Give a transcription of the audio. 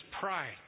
pride